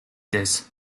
this